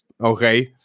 okay